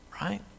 right